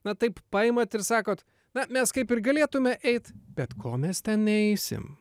na taip paimat ir sakot na mes kaip ir galėtume eit bet ko mes ten eisim